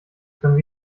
können